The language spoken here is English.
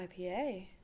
IPA